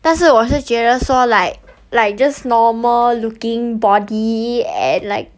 但是我是觉得说 like like just normal looking body and like